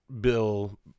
Bill